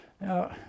Now